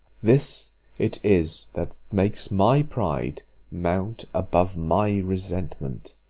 this it is that makes my pride mount above my resentment.